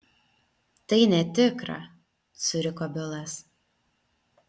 tai netikra suriko bilas